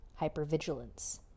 hypervigilance